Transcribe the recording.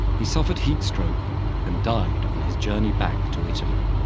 he suffered heatstroke and died on his journey back to italy.